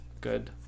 Good